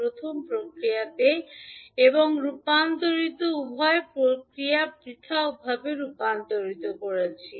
প্রথম প্রতিক্রিয়াতে এবং রূপান্তরিত উভয় প্রতিক্রিয়া পৃথকভাবে রূপান্তরিত করেছি